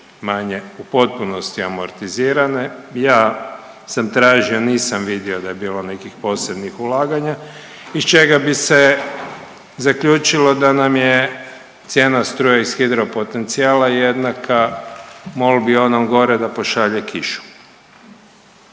više-manje u potpunosti amortizirane, ja sam tražio nisam vidio da je bilo nekih posebnih ulaganja iz čega bi se zaključilo da nam je cijena struje iz hidro potencijala jednaka molbi onom gore da pošalje kišu.